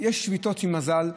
יש שביתות עם מזל,